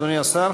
אדוני השר.